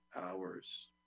hours